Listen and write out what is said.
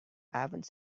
haven’t